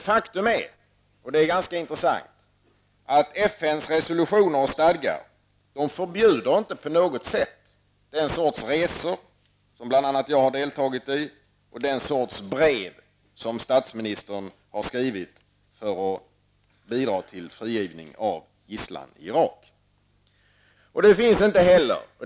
Faktum är, och det är intressant, att FNs resulutioner och stadgar inte på något sätt förbjuder den sorts resor som bl.a. jag har deltagit i och den sorts brev som statsministern har skrivit för att bidra till frigivningen av gisslan i Irak.